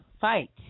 fight